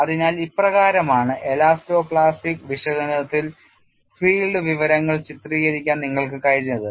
അതിനാൽഇപ്രകാരമാണ് elastoplastic വിശകലനത്തിൽ field വിവരങ്ങൾ ചിത്രീകരിക്കാൻ നിങ്ങൾക്ക് കഴിഞ്ഞത്